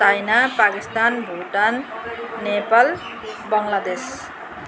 China Pakistan Bhutan Nepal Bangladesh